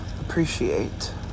appreciate